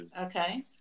Okay